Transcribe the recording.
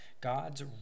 God's